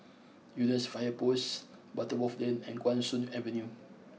Eunos Fire Post Butterworth Lane and Guan Soon Avenue